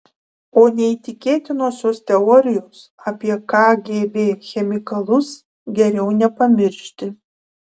o neįtikėtinosios teorijos apie kgb chemikalus geriau nepamiršti